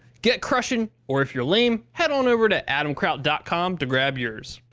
get crushing or if you're lame head over to adamkraut dot com to grab yours.